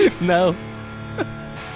No